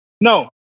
No